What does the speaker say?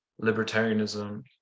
libertarianism